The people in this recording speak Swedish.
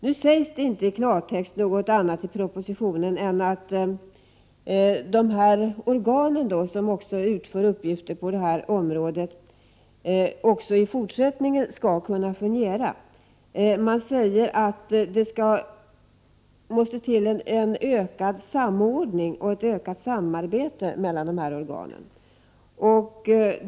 Det sägs i klartext i propositionen inte något annat än att de organ som utför uppgifter på det här området skall fungera på detta sätt också i fortsättningen. Det framhålls att det måste till en ökad samordning och ett ökat samarbete mellan dessa organ.